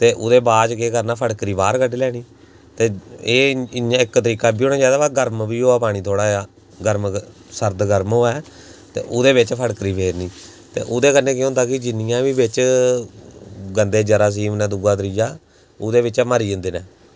ते उदै बाद च केह् करना कि फटकरी बाह्र कड्डी लैनी ते एह् इ'यां इक तरीका इब्बी होना चाहिदा व गर्म बी होऐ पानी थोह्ड़ा जां सर्द गर्म होऐ ते उदै बिच्च फटकरी फेरनी ते उदै कन्नै केह् होंदे कि जिन्नियां बी बिच्च गंदे जरासीम न दुआ त्रीआ उदै बिच्चा मरी जंदे न